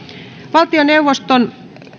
valtioneuvoston